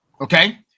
Okay